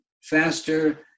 faster